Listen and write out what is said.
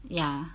ya